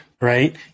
right